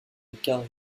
car